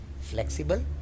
flexible